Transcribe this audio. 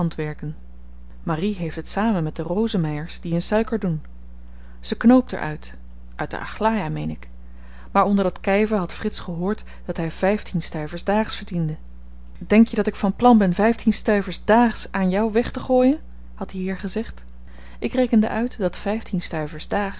handwerken marie heeft het samen met de rosemeyers die in suiker doen ze knoopt er uit uit de aglaia meen ik maar onder dat kyven had frits gehoord dat hy vyftien stuivers daags verdiende denk je dat ik van plan ben vyftien stuivers daags aan jou weg te gooien had die heer gezegd ik rekende uit dat vyftien stuivers